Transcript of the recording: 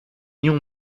ion